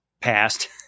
passed